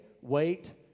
wait